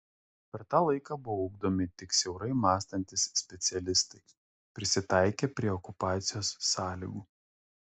per tą laiką buvo ugdomi tik siaurai mąstantys specialistai prisitaikę prie okupacijos sąlygų